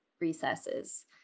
recesses